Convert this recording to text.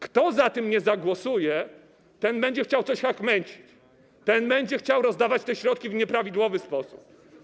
Kto za tym nie zagłosuje, ten będzie chciał coś chachmęcić, ten będzie chciał rozdawać te środki w nieprawidłowy sposób.